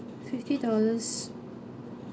fifty dollars